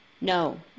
No